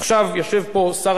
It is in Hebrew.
ובוא נבחן יחד אתו,